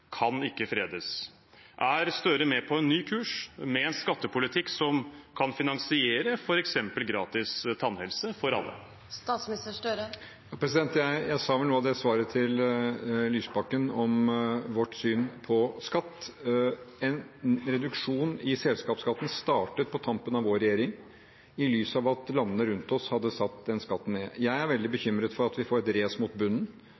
på en ny kurs med en skattepolitikk som kan finansiere f.eks. gratis tannhelse for alle? Jeg sa vel noe av det i svaret til Lysbakken om vårt syn på skatt. En reduksjon i selskapsskatten startet på tampen av vår forrige regjering, i lys av at landene rundt oss hadde satt den skatten ned. Jeg er veldig bekymret for at vi får et race mot bunnen.